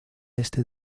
este